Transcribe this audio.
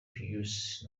pius